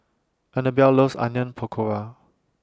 Annabel loves Onion Pakora